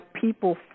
people